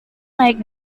naik